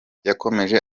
yakomeje